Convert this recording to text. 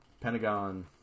Pentagon